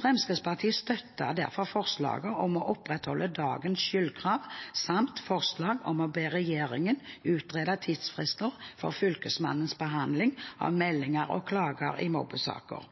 Fremskrittspartiet støtter derfor forslaget om å opprettholde dagens skyldkrav samt forslag om å be regjeringen utrede tidsfrister for Fylkesmannens behandling av meldinger og klager i mobbesaker.